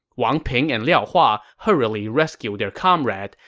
wang ping and liao hua hurriedly rescued their comrade,